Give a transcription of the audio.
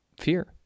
fear